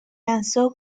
lanzó